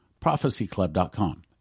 Prophecyclub.com